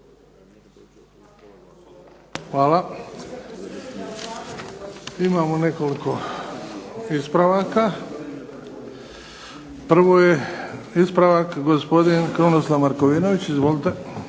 Hvala. Imamo nekoliko ispravaka. Prvo je ispravak gospodin Krunoslav Markovinović. Izvolite.